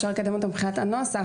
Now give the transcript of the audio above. אפשר לקדם אותה מבחינת הנוסח,